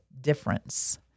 difference